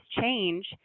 change